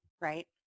right